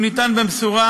הוא ניתן במשורה,